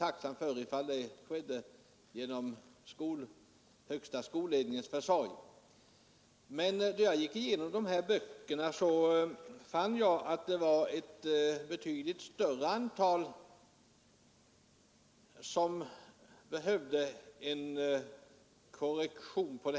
Om detta skedde genom högsta skolledningens försorg är jag mycket tacksam för detta Då jag nu gick igenom böckerna, fann jag att ett betydligt större antal behövde en korrektion.